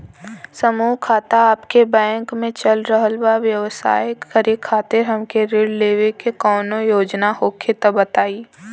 समूह खाता आपके बैंक मे चल रहल बा ब्यवसाय करे खातिर हमे ऋण लेवे के कौनो योजना होखे त बताई?